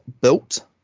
built